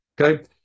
Okay